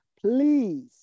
please